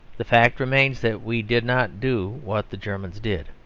the fact remains that we did not do what the germans did.